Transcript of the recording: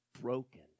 broken